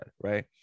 Right